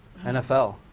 NFL